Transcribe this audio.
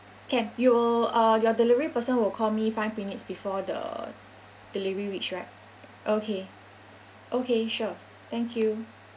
can you will uh your delivery person will call me five minutes before the delivery reach right okay okay sure thank you